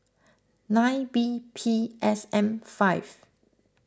nine B P S M five